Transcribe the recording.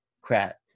crap